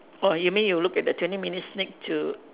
!wah! you mean you look at the twenty minute sneak to